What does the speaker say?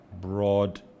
broad